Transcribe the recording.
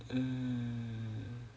mm